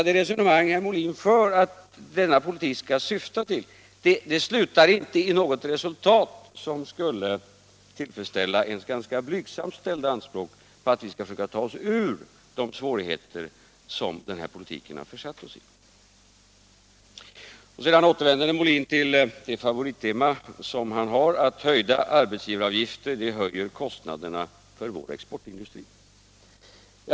Den politik ni för slutar alltså inte i något resultat som skulle tillfredsställa ens ganska blygsamma anspråk på det syfte som herr Molin i sitt resonemang anger, nämligen att vi skall ta oss ur de svårigheter som denna politik försatt oss i. Herr Molin återvänder till sitt favorittema, att höjda arbetsgivaravgifter höjer kostnaderna för vår exportindustri.